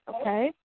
okay